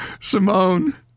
Simone